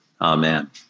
Amen